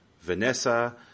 Vanessa